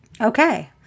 Okay